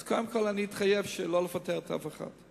אז קודם כול אתחייב שלא לפטר את אף אחד,